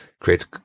creates